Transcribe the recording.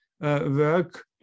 work